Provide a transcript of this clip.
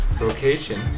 location